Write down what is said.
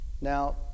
Now